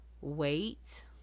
wait